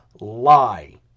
lie